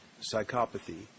Psychopathy